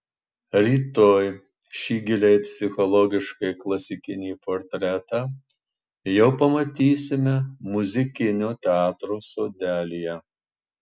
rytoj šį giliai psichologiškai klasikinį portretą jau pamatysime muzikinio teatro sodelyje